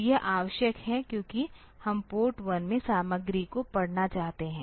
तो यह आवश्यक है क्योंकि हम पोर्ट 1 से सामग्री को पढ़ना चाहते हैं